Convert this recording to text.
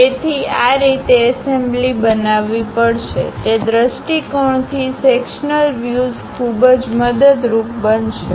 તેથી આ રીતે એસેમ્બલી બનાવવી પડશેતે દૃષ્ટિકોણથી સેક્શનલ વ્યુઝખૂબ જ મદદરૂપ બનશે